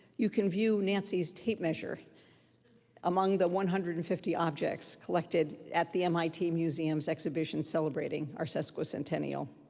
you can view nancy's tape measure among the one hundred and fifty objects collected at the mit museum's exhibition celebrating our sesquicentennial.